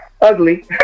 ugly